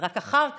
ורק אחר כך,